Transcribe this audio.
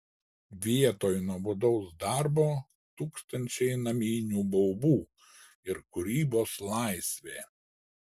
vietoj nuobodaus darbo tūkstančiai naminių baubų ir kūrybos laisvė